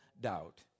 doubt